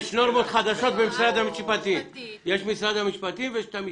יש נורמות חדשות במשרד המשפטים יש משרד המשפטים ויש את המשנה.